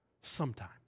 sometime